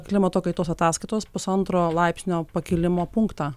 klimato kaitos ataskaitos pusantro laipsnio pakilimo punktą